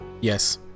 Yes